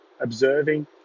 observing